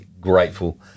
grateful